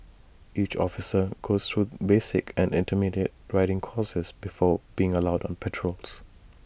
each officer goes through basic and intermediate riding courses before being allowed on patrols